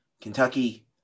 Kentucky –